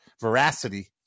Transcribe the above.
veracity